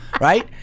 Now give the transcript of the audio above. right